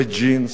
בג'ינס.